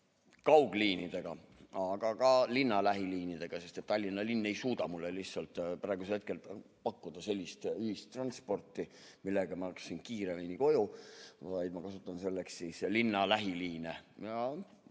kaugliinidel, aga ka linnalähiliinidel, sest Tallinna linn ei suuda mulle lihtsalt praegusel hetkel pakkuda sellist ühistransporti, millega ma saaksin kiiremini koju, ja ma kasutan selleks siis linnalähiliine.